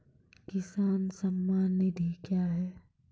किसान सम्मान निधि क्या हैं?